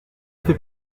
fait